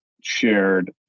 shared